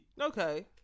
Okay